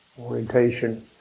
orientation